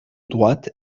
droite